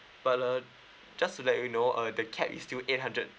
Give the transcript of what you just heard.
but uh just to let you know uh the cap is still eight hundred